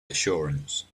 assurance